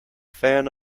fan